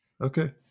okay